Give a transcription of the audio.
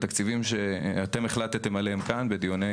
בתקציבים שאתם החלטתם עליהם כאן בדיוני